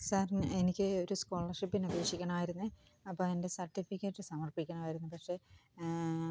sir എനിക്ക് ഒരു സ്കോളർഷിപ്പിന് അപേക്ഷിക്കണമായിരുന്നേ അപ്പം എൻ്റെ സർട്ടിഫിക്കറ്റ് സമർപ്പിക്കണമായിരുന്നു പക്ഷെ